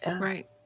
Right